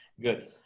Good